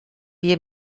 wir